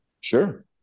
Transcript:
Sure